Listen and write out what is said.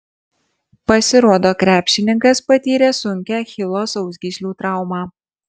pasirodo krepšininkas patyrė sunkią achilo sausgyslių traumą